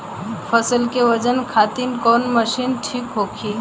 फसल के वजन खातिर कवन मशीन ठीक होखि?